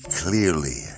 clearly